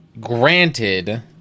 granted